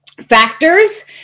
factors